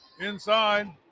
inside